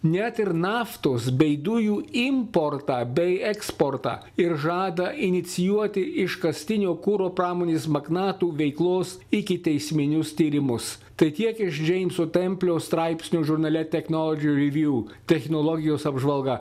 net ir naftos bei dujų importą bei eksportą ir žada inicijuoti iškastinio kuro pramonės magnatų veiklos ikiteisminius tyrimus tai tiek iš džeimso templio straipsnio žurnale technolodži revju technologijos apžvalga